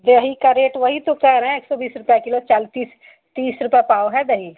दही का रेट वहीं तो कह रहे हैं एक सौ बीस रुपये किलो चाल तीस तीस रुपये पाव है दही